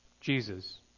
Jesus